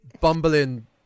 bumbling